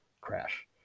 crash